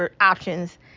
options